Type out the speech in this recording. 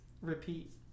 repeat